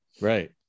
Right